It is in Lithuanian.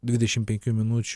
dvidešimt penkių minučių